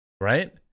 right